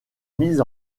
mise